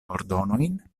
ordonojn